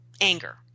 anger